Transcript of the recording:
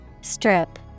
Strip